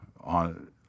on